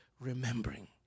remembering